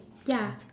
ya